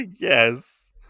Yes